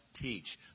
teach